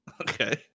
okay